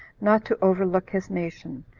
not to overlook his nation,